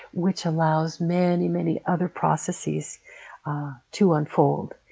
which allows many, many other processes to unfold.